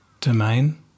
domain